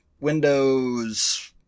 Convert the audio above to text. Windows